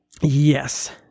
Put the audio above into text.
Yes